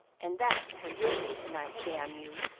and that's where you'll be to-night, damn you!